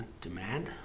Demand